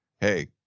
Hey